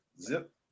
Zip